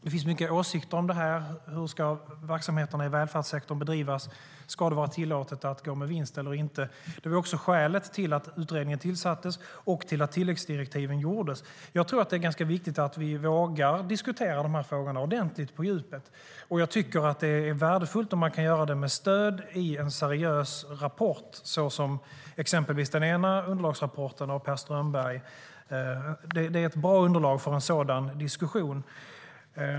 Det finns mycket åsikter om det här. Hur ska verksamheterna i välfärdssektorn bedrivas? Ska det vara tillåtet att gå med vinst eller inte? Det var också skälet till att utredningen tillsattes och till att tilläggsdirektiven gavs. Jag tror att det är ganska viktigt att vi vågar diskutera frågorna ordentligt och på djupet. Jag tycker att det är värdefullt om man kan göra det med stöd i en seriös rapport, såsom exempelvis den ena underlagsrapporten av Per Strömberg. Den är ett bra underlag för en sådan diskussion.